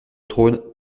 trône